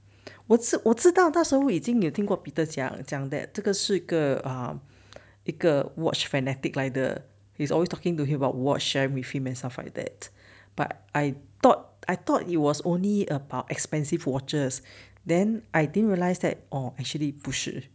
我是我知道那时候已经有听过 peter 讲讲 that 这个是个 um 一个 watch fanatic 来的 he's always talking to him about watch sharing with him and stuff like that but I thought I thought it was only about expensive watches then I didn't realise that or actually 不是